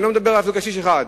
אני לא מדבר על קשיש אחד,